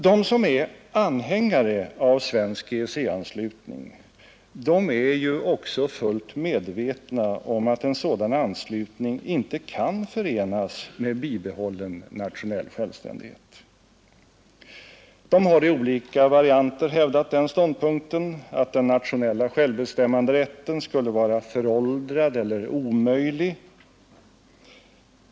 De som är anhängare av svensk EEC-anslutning är också fullt medvetna om att en sådan anslutning inte kan förenas med bibehållen nationell självständighet. De har i olika varianter hävdat den ståndpunkten, att den nationella självbestämmanderätten skulle vara ”föråldrad” eller ”omöjlig”.